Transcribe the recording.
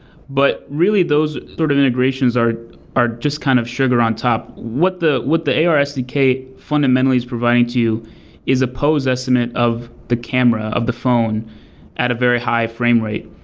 but really those sort of integrations are are just kind of sugar on top. what the what the ar sdk fundamentally is providing to you is a post-estimate of the camera of the phone at a very high frame rate,